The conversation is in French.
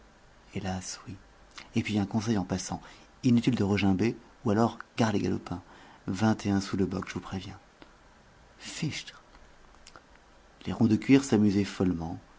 hélas oui et puis un conseil en passant inutile de regimber ou alors gare les galopins vingt et un sous le bock je vous préviens fichtre les ronds de cuir s'amusaient follement